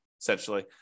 essentially